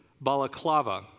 Balaclava